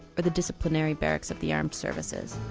or the disciplinary barracks of the armed services.